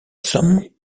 some